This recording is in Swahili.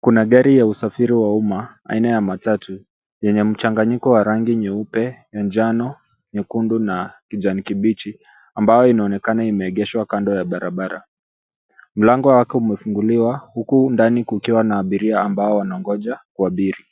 Kuna gari ya usafiri wa umma aina ya matatu yenye mchanganyiko wa rangi nyeupe, njano, nyekundu na kijani kibichi, ambayo inaonekana imeegeshwa kando ya barabara. Mlango wake umefunguliwa, huku ndani kukiwa na abiria ambao wangoja kuabiri.